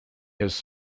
his